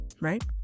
right